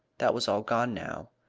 that was all gone now.